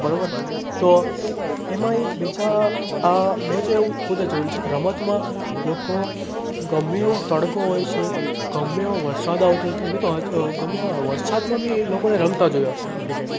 બરોબર તો એમાં એકબીજા મેં તો ખુદ જ જોયું છે રમતમાં લોકો ગમે એવો તડકો હોય છે ગમે એવો વરસાદ આવતો હોય છે ગમે એવા વરસાદમાં બી એ લોકોને રમતા જોયા છે ક્રિકેટ